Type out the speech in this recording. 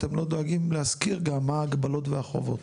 אתם לא דואגים גם מה ההגבלות והחובות?